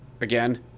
Again